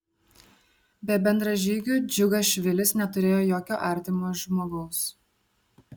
be bendražygių džiugašvilis neturėjo jokio artimo žmogaus